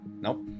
Nope